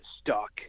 stuck